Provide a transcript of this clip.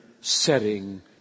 setting